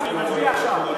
נצביע עכשיו.